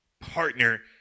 Partner